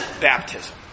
baptism